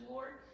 Lord